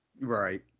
Right